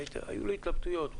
היו לי התלבטויות.